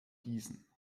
diesen